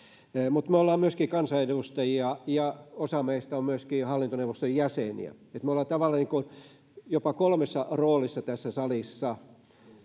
mutta me olemme myöskin kansanedustajia ja osa meistä on myöskin hallintoneuvoston jäseniä me olemme tavallaan jopa kolmessa roolissa tässä salissa